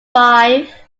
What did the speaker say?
five